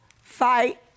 fight